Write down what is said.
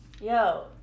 yo